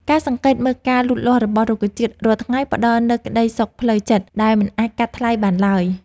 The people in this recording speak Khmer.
ការសង្កេតមើលការលូតលាស់របស់រុក្ខជាតិរាល់ថ្ងៃផ្តល់នូវក្តីសុខផ្លូវចិត្តដែលមិនអាចកាត់ថ្លៃបានឡើយ។